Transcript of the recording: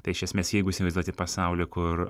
tai iš esmės jeigu įsivaizduoti pasaulį kur